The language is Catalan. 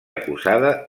acusada